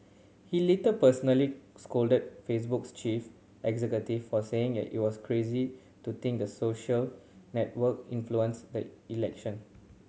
he later personally scolded Facebook's chief executive for saying it it was crazy to think the social network influenced the election